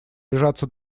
решаться